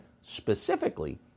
specifically